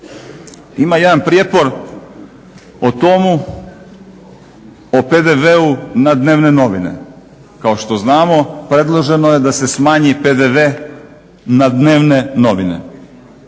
Ima jedan prijepor o tomu, o PDV-u na dnevne novine. Kao što znamo, predloženo je da se smanji PDV na dnevne novine.